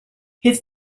his